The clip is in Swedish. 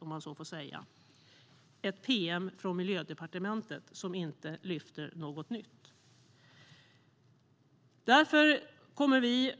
Det är ett pm från Miljödepartementet som inte lyfter något nytt. Därför kommer vi